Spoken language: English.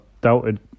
doubted